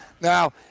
Now